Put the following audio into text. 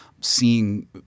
seeing